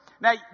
Now